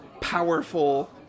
powerful